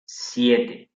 siete